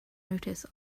notice